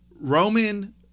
Roman